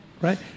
right